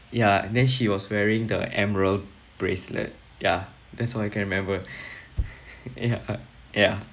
ya and then she was wearing the emerald bracelet ya that's all I can remember ya ya